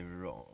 wrong